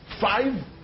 five